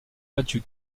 battu